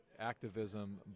activism